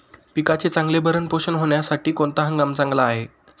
पिकाचे चांगले भरण पोषण होण्यासाठी कोणता हंगाम चांगला असतो?